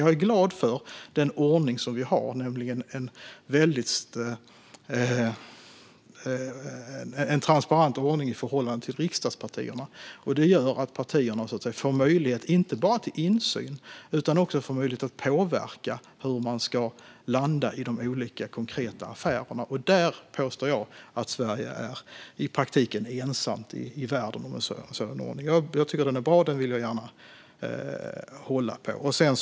Jag är dock glad för den ordning vi har, nämligen en transparent ordning i förhållande till riksdagspartierna. Det gör att partierna får möjlighet inte bara till insyn utan även till att påverka hur man ska landa i de olika konkreta affärerna. Jag påstår att Sverige är i praktiken ensamt i världen om en sådan ordning. Jag tycker att den är bra, och jag vill gärna hålla på den.